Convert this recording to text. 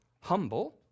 humble